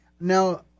now